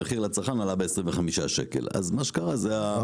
המחיר לצרכן עלה ב-25 שקלים --- אמרתי,